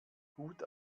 gut